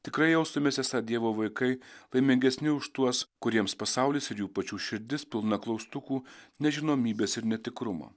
tikrai jaustumėmės esą dievo vaikai laimingesni už tuos kuriems pasaulis ir jų pačių širdis pilna klaustukų nežinomybės ir netikrumo